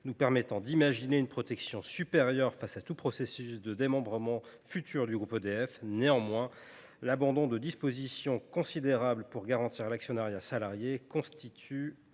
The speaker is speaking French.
qui laisse imaginer une protection supérieure face à tout processus de démembrement futur du groupe EDF. Néanmoins, l’abandon de dispositions importantes pour garantir l’actionnariat salarié constitue